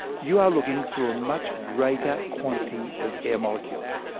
you are looking through a much greater quantity of air molecules.